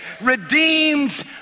redeemed